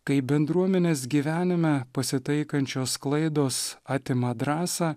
kai bendruomenės gyvenime pasitaikančios klaidos atima drąsą